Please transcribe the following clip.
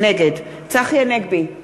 נגד צחי הנגבי,